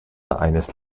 eines